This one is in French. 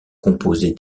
composé